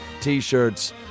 T-shirts